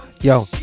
yo